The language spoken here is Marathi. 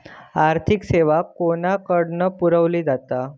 आर्थिक सेवा कोणाकडन पुरविली जाता?